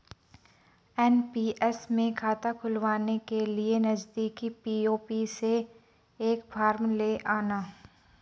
NPS में खाता खुलवाने के लिए नजदीकी पी.ओ.पी से एक फॉर्म ले आना